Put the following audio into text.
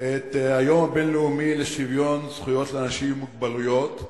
את היום הבין-לאומי לשוויון זכויות לאנשים עם מוגבלויות,